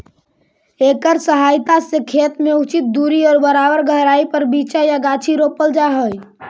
एकर सहायता से खेत में उचित दूरी और बराबर गहराई पर बीचा या गाछी रोपल जा हई